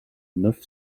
neuf